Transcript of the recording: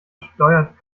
steuert